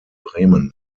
bremen